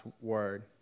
word